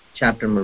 Chapter